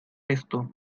esto